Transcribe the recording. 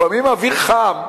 לפעמים אוויר חם,